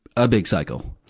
a big cycle.